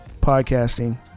podcasting